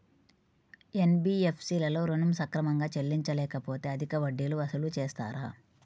NBFC లలో ఋణం సక్రమంగా చెల్లించలేకపోతె అధిక వడ్డీలు వసూలు చేస్తారా?